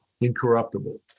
incorruptible